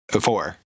Four